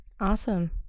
awesome